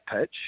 pitch